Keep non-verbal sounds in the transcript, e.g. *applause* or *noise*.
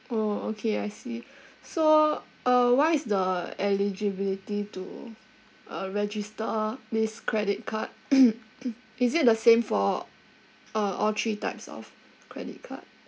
orh okay I see so uh what is the eligibility to uh register this credit card *noise* is it the same for uh all three types of credit card